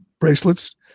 bracelets